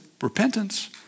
Repentance